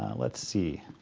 let's see.